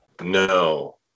No